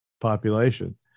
population